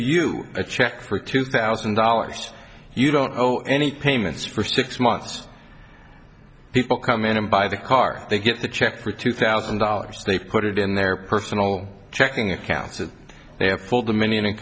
you a check for two thousand dollars you don't owe any payments for six months people come in and buy the car they get the check for two thousand dollars they put it in their personal checking accounts of their full dominion and